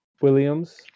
Williams